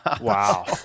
Wow